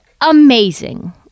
amazing